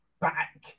back